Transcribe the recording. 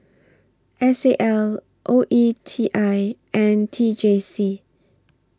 S A L O E T I and T J C